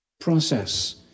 Process